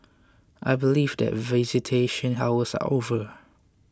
I believe that visitation hours are over